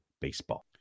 baseball